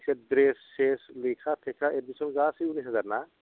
बिसोर ड्रेस थेस लेखा थेखा एडमिसन थेदमिसन गासै बिस हाजार ना